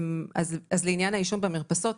לעניין העישון במרפסות,